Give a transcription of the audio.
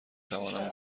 توانم